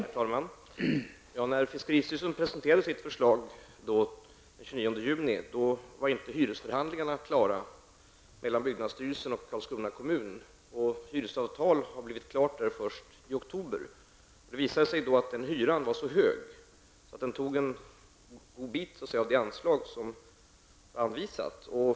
Herr talman! När fiskeristyrelsen presenterade sitt förslag, den 29 juni, var hyresförhandlingarna mellan byggnadsstyrelsen och Karlskrona kommun inte klara. Hyresavtalet har blivit klart först i oktober. Det visade sig då att hyran var så hög att den tog en god bit av det anslag som anvisats.